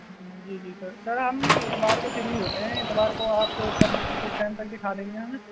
جی جی sir sir ہم اتوار کو فری ہوتے ہیں اتوار کو آپ کب کس ٹائم تک دکھا دیں گے ہمیں